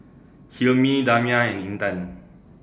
Hilmi Damia and Intan